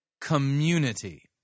community